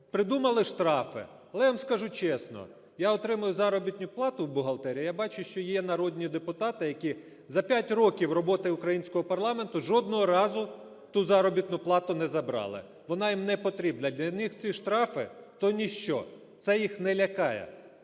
Придумали штрафи. Але я вам скажу чесно, я отримую заробітну плату в бухгалтерії, я бачу, що є народні депутати, які за 5 років роботи українського парламенту жодного разу ту заробітну плату не забрали, вона їм не потрібна, для них ці штрафи – то ніщо, це їх не лякає.